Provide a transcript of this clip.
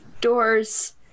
Doors